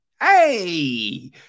hey